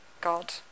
God